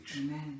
Amen